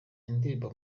indirimbo